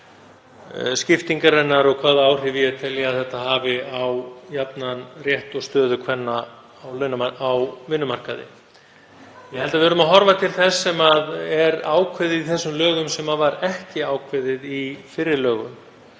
skiptingarinnar og hvaða áhrif ég telji að þetta hafi á jafnan rétt og stöðu kvenna á vinnumarkaði. Ég held að við verðum að horfa til þess sem er ákveðið í þessum lögum sem var ekki ákveðið í fyrri lögum,